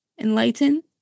enlighten